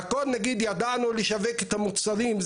ידענו לשווק את המוצרים.